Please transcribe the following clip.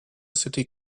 city